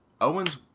Owens